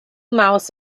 mouse